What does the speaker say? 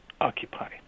occupy